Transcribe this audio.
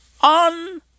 On